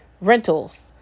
rentals